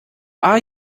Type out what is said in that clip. are